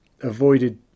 avoided